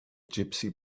gypsy